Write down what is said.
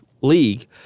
league